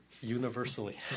Universally